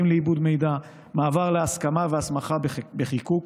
לעיבוד מידע מעבר להסכמה והסמכה בחיקוק,